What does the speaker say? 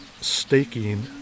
Staking